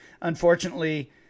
unfortunately